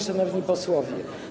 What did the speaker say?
Szanowni Posłowie!